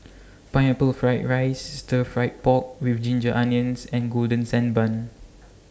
Pineapple Fried Rice Stir Fry Pork with Ginger Onions and Golden Sand Bun